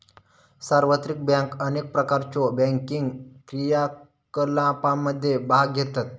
सार्वत्रिक बँक अनेक प्रकारच्यो बँकिंग क्रियाकलापांमध्ये भाग घेतत